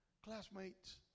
Classmates